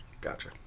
gotcha